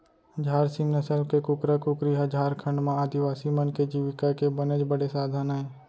झार सीम नसल के कुकरा कुकरी ह झारखंड म आदिवासी मन के जीविका के बनेच बड़े साधन अय